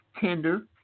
tender